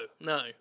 no